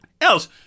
Else